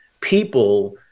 people